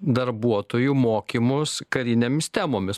darbuotojų mokymus karinėmis temomis